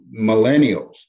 millennials